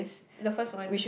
the first one